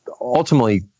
ultimately